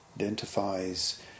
identifies